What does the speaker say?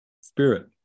spirit